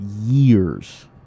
years